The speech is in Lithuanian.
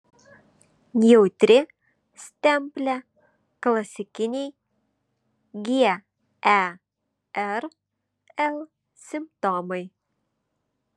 jautri stemplė klasikiniai gerl simptomai